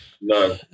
no